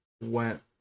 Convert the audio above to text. went